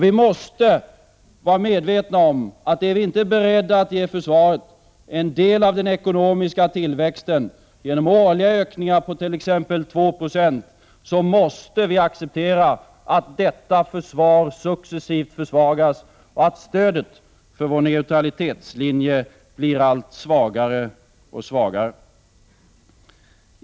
Vi måste vara medvetna om att om vi inte är beredda att ge försvaret en del av den ekonomiska tillväxten — genom årliga ökningar på t.ex. 2 90 — måste vi acceptera att detta försvar successivt försvagas och att stödet för vår neutralitetslinje bli allt svagare.